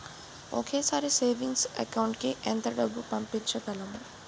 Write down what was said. ఒకేసారి savings account కి ఎంత డబ్బు పంపించగలము?